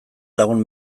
lagun